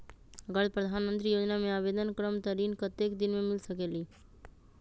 अगर प्रधानमंत्री योजना में आवेदन करम त ऋण कतेक दिन मे मिल सकेली?